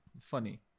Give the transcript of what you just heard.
funny